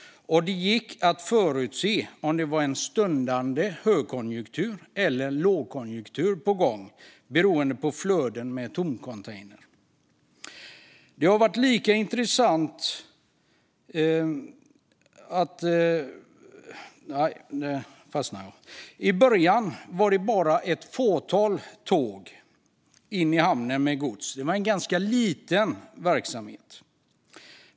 Det gick att förutse om det var en stundande högkonjunktur eller lågkonjunktur på gång beroende på flödena av tomcontainrar. I början var det bara ett fåtal tåg som kom in i hamnen med gods. Det var en ganska liten verksamhet.